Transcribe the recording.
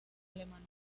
alemana